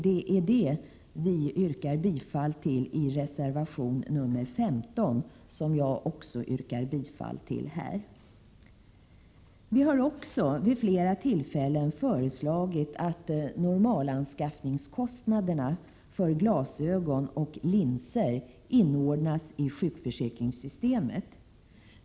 Detta framgår av reservation 15, som jag yrkar bifall till. Vi har också vid flera tillfällen föreslagit att normalanskaffningskostnaderna för glasögon och linser inordnas i sjukförsäkringssystemet.